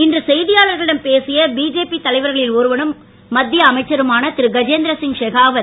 இன்று செய்தியாளர்களிடம் பேசிய பிஜேபி தலைவர்களில் ஒருவரும் மத்திய அமைச்சருமான திருகஜேந்திர சிங் ஷெகாவத்